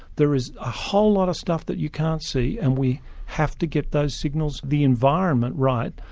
there is a whole lot of stuff that you can't see, and we have to get those signals, the environment right,